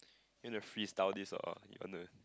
you want to freestyle this or you want to